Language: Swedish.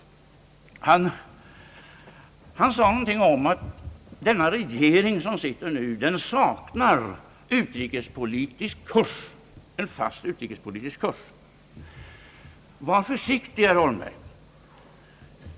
Han sade någonting om att den sittande regeringen saknar en fast utrikespolitisk kurs. Var försiktig, herr Holmberg!